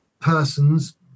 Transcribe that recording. persons